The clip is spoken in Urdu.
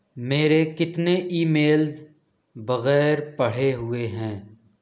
میرے کتنے ای میلز بغیر پڑھے ہوئے ہیں